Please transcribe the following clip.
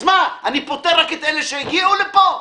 אז מה, אני פותר את אלה שנמצאים שהגיעו לפה?